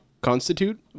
constitute